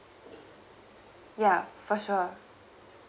ya for sure